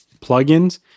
plugins